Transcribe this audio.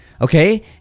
okay